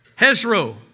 Hezro